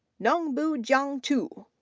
nongbu jiangchu,